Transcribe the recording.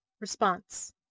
Response